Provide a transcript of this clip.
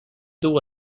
duu